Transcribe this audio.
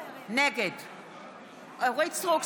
סטרוק,